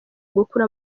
gukura